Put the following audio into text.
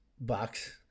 box